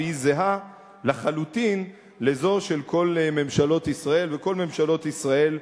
והיא זהה לחלוטין לזו של כל ממשלות ישראל,